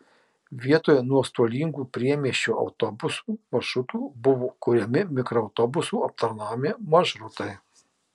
vietoj nuostolingų priemiesčio autobusų maršrutų buvo kuriami mikroautobusų aptarnaujami maršrutai